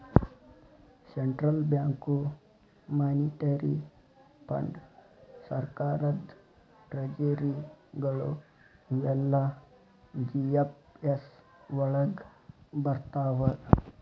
central bank, monetary ಫಂಡ್.ಸರ್ಕಾರದ್ ಟ್ರೆಜರಿಗಳು ಇವೆಲ್ಲಾ ಜಿ.ಎಫ್.ಎಸ್ ವಳಗ್ ಬರ್ರ್ತಾವ